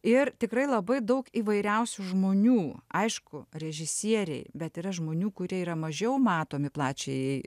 ir tikrai labai daug įvairiausių žmonių aišku režisieriai bet yra žmonių kurie yra mažiau matomi plačiajai